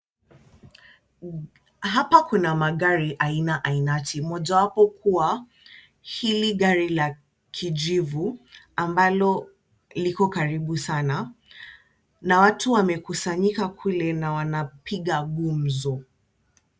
Hapa kuna magari aina ainati. Mojawapo kuwa, hili gari la kijivu, ambalo liko karibu sana, na watu wamekusanyika kule na wanapiga gumzo.